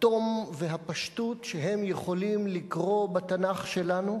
התום והפשטות שהם יכולים לקרוא בהם בתנ"ך שלנו,